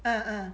ah ah